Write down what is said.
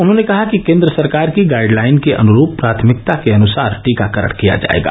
उन्होंने कहा कि केन्द्र सरकार की गाइड लाइन के अनुरूप प्राथमिकता के अनुसार टीकाकरण किया जायेगा